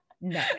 no